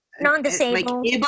non-disabled